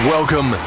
Welcome